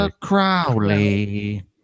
crowley